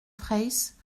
fraysse